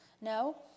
No